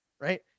right